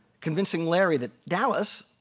convincing larry that dallas,